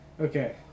Okay